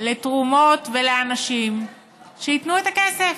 לתרומות ולאנשים שייתנו את הכסף.